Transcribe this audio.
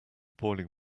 boiling